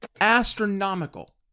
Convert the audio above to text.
astronomical